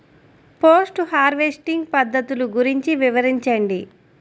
Post harvesting పద్ధతులు గురించి వివరించండి?